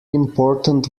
important